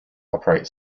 operate